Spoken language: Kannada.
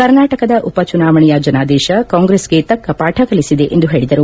ಕರ್ನಾಟಕದ ಉಪಚುನಾವಣೆಯ ಜನಾದೇಶ ಕಾಂಗ್ರೆಸ್ಗೆ ತಕ್ಕ ಪಾಠ ಕಲಿಸಿದೆ ಎಂದು ಹೇಳಿದರು